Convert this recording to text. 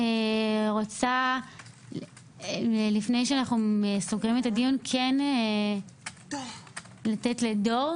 לפני שאנחנו סוגרים את הדיון אני רוצה לתת לדור